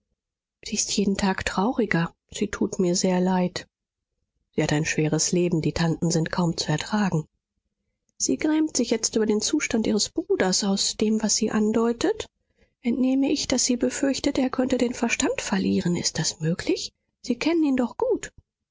sie ist jeden tag trauriger sie tut mir sehr leid sie hat ein schweres leben die tanten sind kaum zu ertragen sie grämt sich jetzt über den zustand ihres bruders aus dem was sie andeutet entnehme ich daß sie befürchten er könnte den verstand verlieren ist das möglich sie kennen ihn doch gut